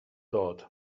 dod